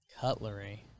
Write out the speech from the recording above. Cutlery